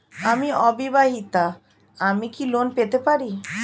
আমি অবিবাহিতা আমি কি লোন পেতে পারি?